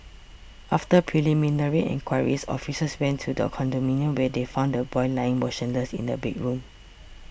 after preliminary enquiries officers went to the condominium where they found the boy lying motionless in a bedroom